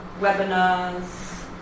webinars